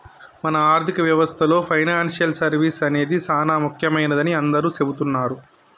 మన ఆర్థిక వ్యవస్థలో పెనాన్సియల్ సర్వీస్ అనేది సానా ముఖ్యమైనదని అందరూ సెబుతున్నారు